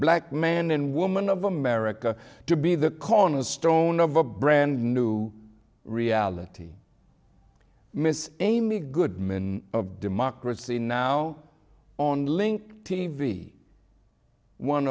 black man and woman of america to be the cornerstone of a brand new reality miss amy goodman of democracy now on link t v one